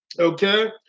okay